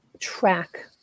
track